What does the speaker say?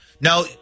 Now